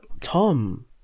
Tom